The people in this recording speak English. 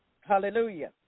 Hallelujah